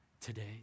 today